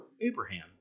Abraham